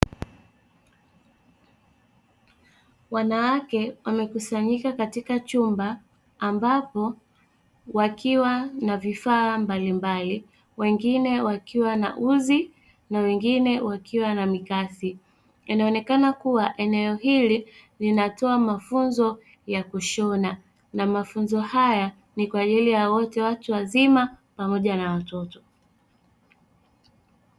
Wanawake wamekusanyika katika chumba ambapo wakiwa na vifaa mbalimbali, wengine wakiwa na uzi na wengine wakiwa na mikasi, inaonekana kuwa eneo hili linatoa mafunzo ya kushona na mafunzo haya ni kwa ajili ya wote, watu wazima pamoja na watoto.